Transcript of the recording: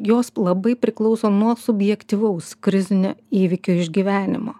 jos labai priklauso nuo subjektyvaus krizinio įvykio išgyvenimo